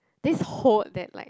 this whole that like